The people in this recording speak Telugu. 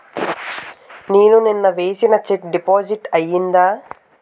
నేను నిన్న వేసిన చెక్ డిపాజిట్ అయిందా?